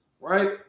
right